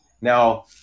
Now